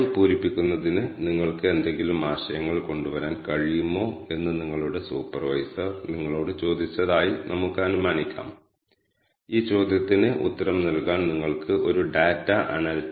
പട്ടികയുടെ ഏത് കോളത്തിലാണ് റോ നെയിമുകൾ അടങ്ങിയിരിക്കുന്നതെന്ന് വ്യക്തമാക്കുന്ന ഒരു സംഖ്യ യഥാർത്ഥ റോ നെയിമുകൾക്ക് നൽകുന്ന ഒരു വെക്റ്റർ ആകാം ഇത്